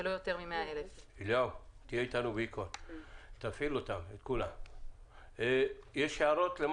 ולא יותר מ- 100,000. יש הערות?